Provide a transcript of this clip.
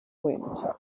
wind